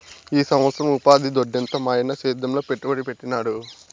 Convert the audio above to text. ఈ సంవత్సరం ఉపాధి దొడ్డెంత మాయన్న సేద్యంలో పెట్టుబడి పెట్టినాడు